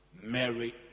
Mary